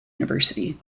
university